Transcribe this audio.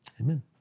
amen